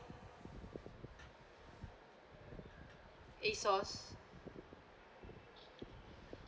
asos